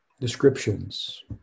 descriptions